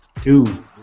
Two